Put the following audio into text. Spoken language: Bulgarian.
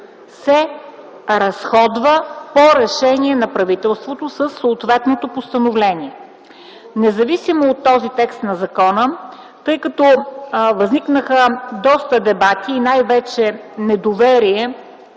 се разходва по решение на правителството със съответно постановление. Независимо от този текст на закона, тъй като възникнаха доста дебати и най-вече недоверие